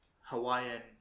Hawaiian